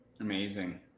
Amazing